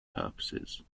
purposes